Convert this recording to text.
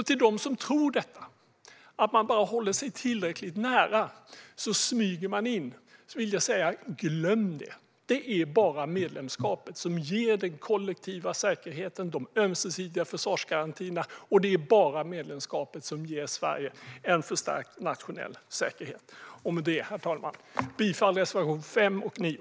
Till dem som tror detta, att om man bara håller sig tillräckligt nära smyger man in, vill jag säga: Glöm det. Det är bara medlemskapet som ger den kollektiva säkerheten och de ömsesidiga försvarsgarantierna och det är bara medlemskapet som ger Sverige en förstärkt nationell säkerhet. Med det, herr talman, yrkar jag bifall till reservation 5 och 9.